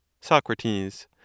Socrates